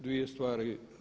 Dvije stvari.